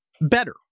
better